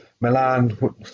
Milan